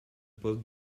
pose